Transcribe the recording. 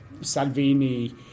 Salvini